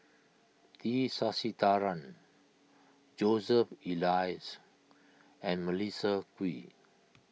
T Sasitharan Joseph Elias and Melissa Kwee